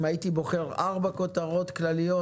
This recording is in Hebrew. אם הייתי בוחר ארבע כותרות כלליות: